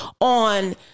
on